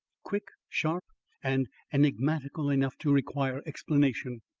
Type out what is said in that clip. quick, sharp and enigmatical enough to require explanation.